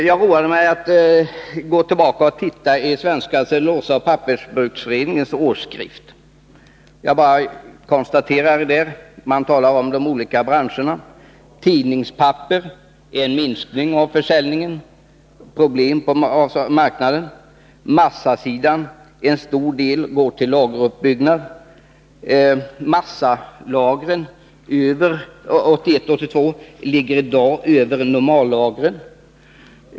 Jag roade mig med att gå tillbaka och titta i Svenska Cellulosaoch pappersbruksföreningens årsskrift. Jag bara konstaterade hur läget var för olika branscher som man talar om. Tidningspapper har en minskning av försäljningen och problem på marknaden. På massasidan går en stor del till lageruppbyggnad. Massalagren 1981-1982 ligger i dag över normallagren.